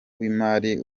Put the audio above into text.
w’imari